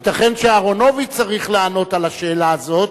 ייתכן שאהרונוביץ צריך לענות על השאלה הזאת,